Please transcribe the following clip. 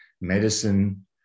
medicine